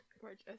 Gorgeous